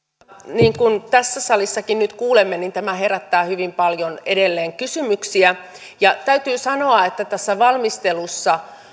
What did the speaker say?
niin kuin tässä salissakin nyt kuulemme tämä herättää edelleen hyvin paljon kysymyksiä täytyy sanoa että tässä valmistelussa